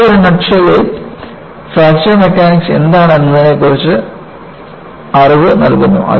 ഇത് ഒരു നട്ട് ഷെല്ലിൽ ഫ്രാക്ചർ മെക്കാനിക്സ് എന്താണ് എന്നതിനെക്കുറിച്ച് അറിവ് നൽകുന്നു